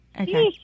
Okay